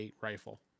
rifle